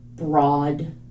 broad